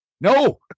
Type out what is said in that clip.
No